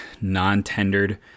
non-tendered